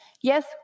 yes